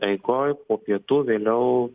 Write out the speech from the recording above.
eigoj po pietų vėliau